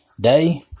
day